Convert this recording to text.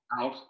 out